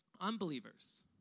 Unbelievers